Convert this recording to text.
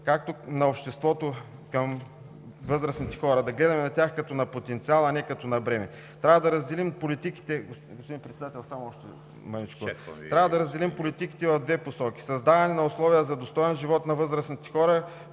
на обществото към възрастните – да гледаме на тях като на потенциал, а не като на бреме. Трябва да разделим политиките в две посоки – създаване на условия за достоен живот, говоря